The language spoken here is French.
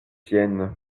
siennes